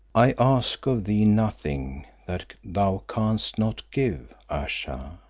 i ask of thee nothing that thou canst not give. ayesha,